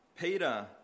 Peter